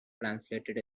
translated